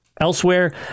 elsewhere